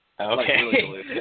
Okay